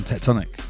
Tectonic